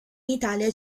italia